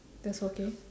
that's okay